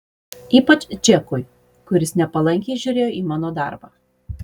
ypač džekui kuris nepalankiai žiūrėjo į mano darbą